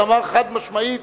אמר: חד-משמעית,